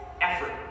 effort